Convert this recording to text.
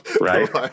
Right